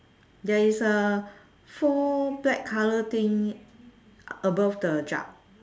there is a four black colour thing above then jug